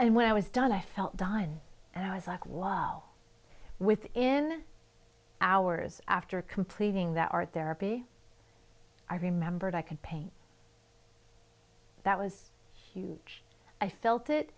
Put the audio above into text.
and when i was done i felt dein and i was like why within hours after completing that art therapy i remembered i could paint that was huge i felt it